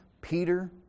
Peter